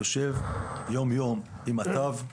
יושב יום-יום עם את"ב,